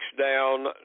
down